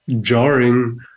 jarring